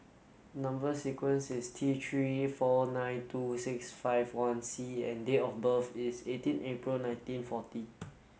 number sequence is T three four nine two six five one C and date of birth is eighteen April nineteen forty